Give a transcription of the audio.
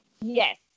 Yes